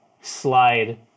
slide